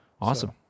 Awesome